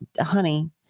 honey